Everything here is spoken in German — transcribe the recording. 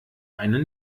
einen